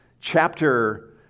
chapter